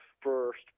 first